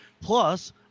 Plus